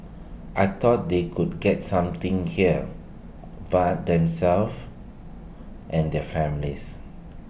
I thought they could get something here but themselves and their families